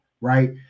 Right